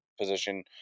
position